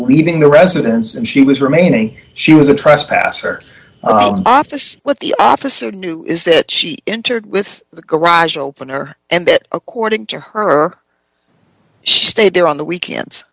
leaving the residence and she was remaining she was a trespasser office let the officer do is that she entered with the garage opener and it according to her she stayed there on the weekends